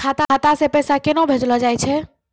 खाता से पैसा केना भेजलो जाय छै?